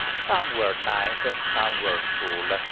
some were nice, ah some were cool, ah